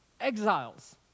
Exiles